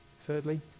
Thirdly